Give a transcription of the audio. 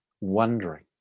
wondering